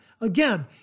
Again